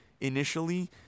initially